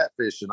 catfishing